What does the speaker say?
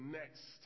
next